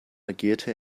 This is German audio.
agierte